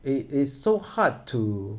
it is so hard to